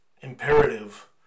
imperative